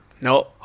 no